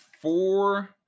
Four